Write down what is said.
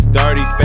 dirty